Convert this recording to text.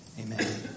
Amen